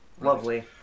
Lovely